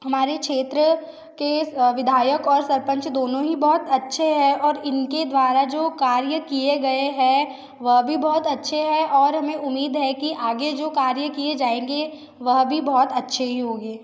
हमारे क्षेत्र के विधायक और सरपंच दोनों ही बहुत अच्छे हैं और इनके द्वारा जो कार्य किए गए हैं वह भी बहुत अच्छे हैं और हमें उमीद है कि आगे जो कार्य किए जाएँगे वह भी बहुत अच्छे ही होंगे